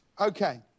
Okay